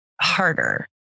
harder